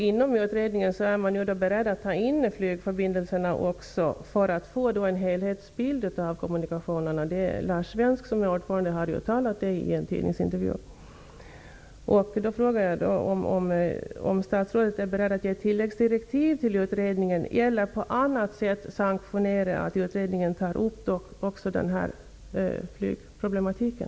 Inom utredningen är man nu beredd att ta in flygförbindelserna också, för att få en helhetsbild av kommunikationerna. Lars Svensk, som är ordförande, har uttalat det i en tidningsintervju. Då undrar jag om statsrådet är beredd att ge tilläggsdirektiv till utredningen eller på annat sätt sanktionera att utredningen även tar upp flygproblemen.